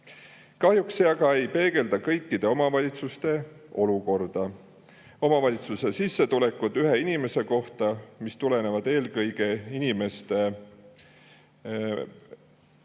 Kahjuks see ei peegelda kõikide omavalitsuste olukorda. Omavalitsuse sissetulekud ühe inimese kohta, mis tulenevad eelkõige inimeste